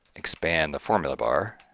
expand the formula bar